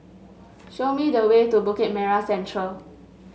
show me the way to Bukit Merah Central